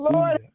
Lord